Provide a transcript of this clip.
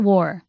War